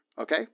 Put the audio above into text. Okay